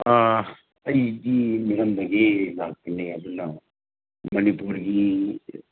ꯑꯩꯗꯤ ꯃꯤꯔꯝꯗꯒꯤ ꯂꯥꯛꯄꯅꯦ ꯑꯗꯨꯅ ꯃꯅꯤꯄꯨꯔꯒꯤ